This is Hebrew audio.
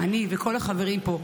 אני וכל החברים פה,